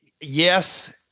Yes